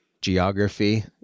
geography